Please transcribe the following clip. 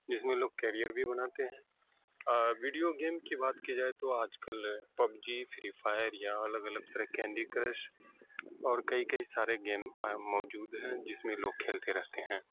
جس میں لوگ کیریئر بھی بناتے ہیں ویڈیو گیم کی بات کی جائے تو آج کل پب جی فری فائر یا الگ الگ طرح کینڈی کرش اور کئی کئی سارے گیم موجود ہیں جس میں لوگ کھیلتے رہتے ہیں